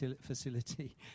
facility